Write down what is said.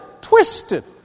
twisted